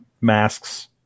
masks